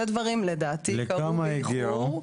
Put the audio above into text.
לכמה הגיעו?